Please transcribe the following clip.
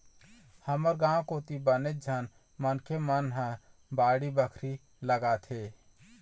हमर गाँव कोती बनेच झन मनखे मन ह बाड़ी बखरी लगाथे